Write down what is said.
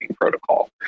protocol